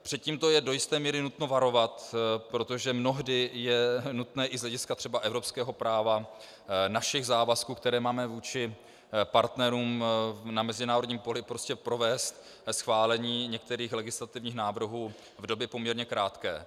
Před tím je do jisté míry nutno varovat, protože mnohdy je nutné i z hlediska třeba evropského práva našich závazků, které máme vůči partnerům na mezinárodním poli, prostě provést schválení některých legislativních návrhů v době poměrně krátké.